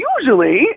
usually